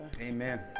amen